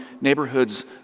neighborhoods